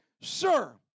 sir